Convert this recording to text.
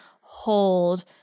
hold